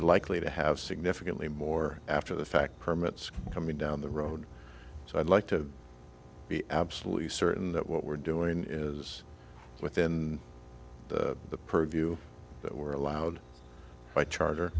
likely to have significantly more after the fact permits coming down the road so i'd like to be absolutely certain that what we're doing is within the purview that we're allowed by charter